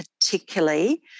particularly